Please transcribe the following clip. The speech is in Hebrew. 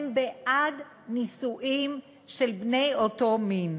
הם בעד נישואים של בני אותו מין.